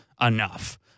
enough